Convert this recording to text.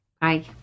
Bye